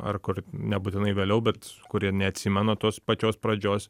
ar kur nebūtinai vėliau bet kurie neatsimena tos pačios pradžios